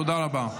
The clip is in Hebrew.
תודה רבה.